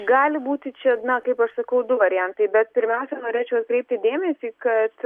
gali būti čia na kaip aš sakau du variantai bet pirmiausia norėčiau atkreipti dėmesį kad